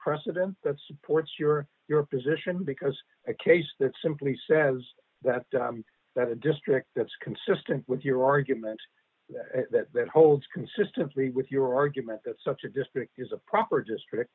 precedents that supports your your position because a case that simply says that that a district that's consistent with your argument that holds consist of three with your argument that such a district is a proper district